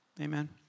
Amen